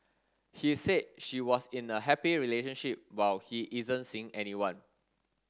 he said she was in a happy relationship while he isn't seeing anyone